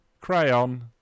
Crayon